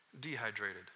dehydrated